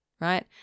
right